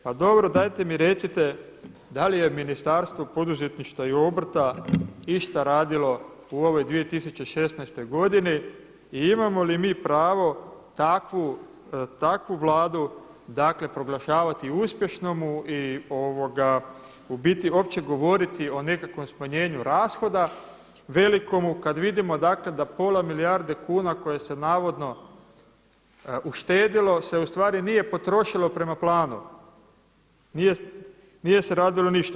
Pa dobro dajte mi recite, da li je Ministarstvo poduzetništva i obrta išta radilo u ovoj 2016. godini i imamo li mi pravo takvu Vladu proglašavati uspješnom i u biti uopće govoriti o nekakvom smanjenju rashoda velikom kada vidimo da pola milijarde kuna koje se navodno uštedilo se ustvari nije potrošilo prema planu, nije se radilo ništa.